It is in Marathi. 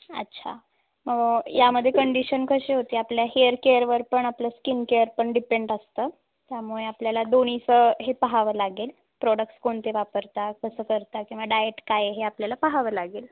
अच्छा यामध्ये कंडिशन कशी होती आपल्या हेअर केअरवर पण आपलं स्किनकेअर पण डिपेंड असतं त्यामुळे आपल्याला दोन्हीचं हे पहावं लागेल प्रोडक्स कोणते वापरता कसं करता किंवा डाएट काय आहे हे आपल्याला पहावं लागेल